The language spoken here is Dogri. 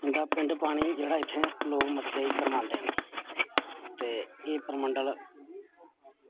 इं'दा पिंड पानी जेह्ड़ा इत्थें लोग मस्सेआ गी करवांदे न ते एह् परमंडल